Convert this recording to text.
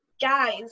guys